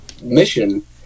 mission